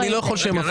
אני לא יכול שמפריעים.